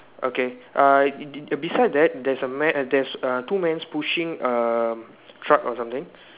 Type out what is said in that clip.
okay uh beside that there's a man there's err two man pushing err truck or something